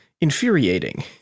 infuriating